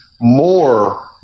more